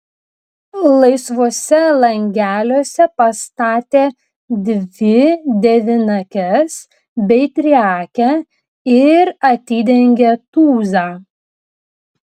laisvuose langeliuose pastatė dvi devynakes bei triakę ir atidengė tūzą